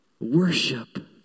Worship